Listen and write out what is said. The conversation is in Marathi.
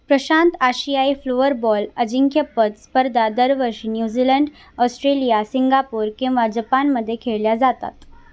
प्रशांत आशियाई फ्लोअरबॉल अजिंक्यपद स्पर्धा दरवर्षी न्यूझीलंड ऑस्ट्रेलिया सिंगापूर किंवा जपानमध्ये खेळल्या जातात